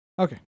Okay